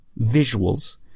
visuals